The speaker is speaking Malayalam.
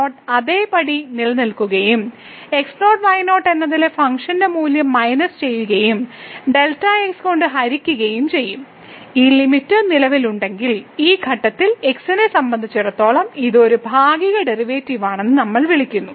y0 അതേപടി നിലനിൽക്കുകയും x0 y0 എന്നതിലെ ഫംഗ്ഷൻ മൂല്യം മൈനസ് ചെയ്യുകയും Δx കൊണ്ട് ഹരിക്കുകയും ചെയ്യും ഈ ലിമിറ്റ് നിലവിലുണ്ടെങ്കിൽ ഈ ഘട്ടത്തിൽ x നെ സംബന്ധിച്ചിടത്തോളം ഇത് ഒരു ഭാഗിക ഡെറിവേറ്റീവ് ആണെന്ന് നമ്മൾ വിളിക്കുന്നു